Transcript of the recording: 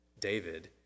David